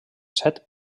set